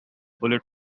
bullet